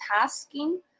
tasking